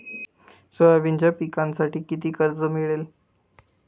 सोयाबीनच्या पिकांसाठी किती कर्ज मिळेल?